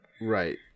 Right